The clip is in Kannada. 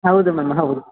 ಹೌದು ಮ್ಯಾಮ್ ಹೌದು